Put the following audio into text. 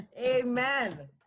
amen